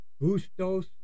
Bustos